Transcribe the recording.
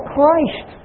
Christ